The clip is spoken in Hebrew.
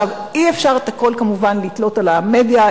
אי-אפשר לתלות הכול במדיה,